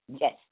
Yes